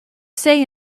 say